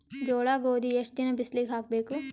ಜೋಳ ಗೋಧಿ ಎಷ್ಟ ದಿನ ಬಿಸಿಲಿಗೆ ಹಾಕ್ಬೇಕು?